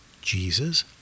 Jesus